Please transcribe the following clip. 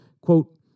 Quote